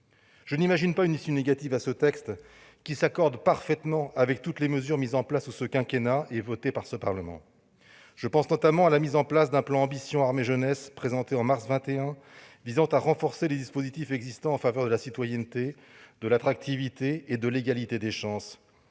Je n'imagine pas une issue négative à ce texte qui correspond parfaitement à toutes les mesures mises en place sous ce quinquennat et votées par le Parlement. Je pense notamment au plan Ambition armées-jeunesse, présenté en mars 2021 et visant à renforcer les dispositifs existants en faveur de la citoyenneté, de l'attractivité et de l'égalité des chances.